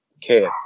kids